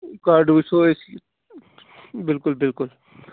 کڈ وُچھو أسۍ بلکُل بلکُل